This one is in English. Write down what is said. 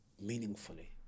meaningfully